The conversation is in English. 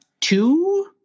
two